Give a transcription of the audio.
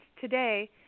today